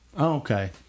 Okay